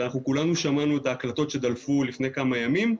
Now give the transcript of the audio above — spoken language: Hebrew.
וכולנו שמענו את ההקלטות שדלפו לפני כמה ימים,